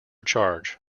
charge